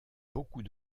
beaucoup